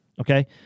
Okay